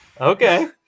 Okay